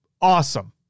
awesome